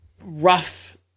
rough